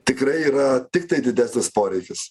tikrai yra tiktai didesnis poreikis